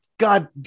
God